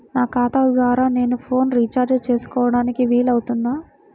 నా ఖాతా ద్వారా నేను ఫోన్ రీఛార్జ్ చేసుకోవడానికి వీలు అవుతుందా?